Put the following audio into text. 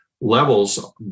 levels